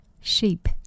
sheep